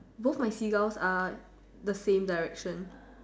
both my seagulls are the same direction